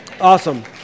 Awesome